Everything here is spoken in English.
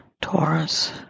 Taurus